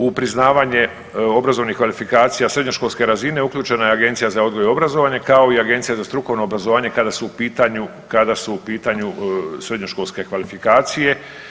U priznavanje obrazovnih kvalifikacija srednjoškolske razine uključena je Agencija za odgoj i obrazovanje, kao i Agencija za strukovno obrazovanje kada su u pitanju, kada su u pitanju srednjoškolske kvalifikacije.